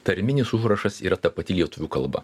tarminis užrašas yra ta pati lietuvių kalba